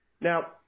Now